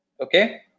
Okay